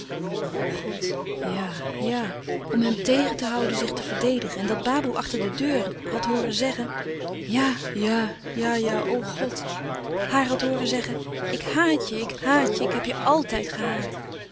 god ja ja om hem tegen te houden zich te verdedigen en dat baboe achter de deur had hooren zeggen ja-ja ja-ja o god haar had hooren zeggen ik hàat je ik hàat je ik heb je altijd gehaat